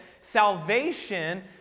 salvation